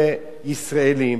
כישראלים,